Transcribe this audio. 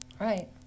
Right